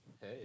Hey